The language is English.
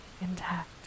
intact